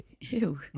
Ew